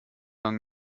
lange